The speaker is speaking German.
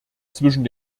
zwischen